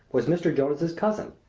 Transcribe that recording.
was mr. jonas' cousin,